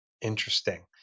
Interesting